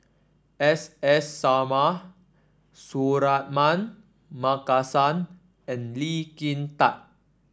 S S Sarma Suratman Markasan and Lee Kin Tat